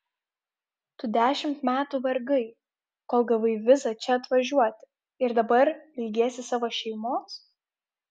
tu dešimt metų vargai kol gavai vizą čia atvažiuoti ir dabar ilgiesi savo šeimos